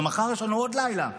ומחר יש לנו עוד לילה.